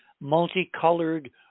multicolored